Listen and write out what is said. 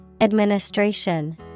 Administration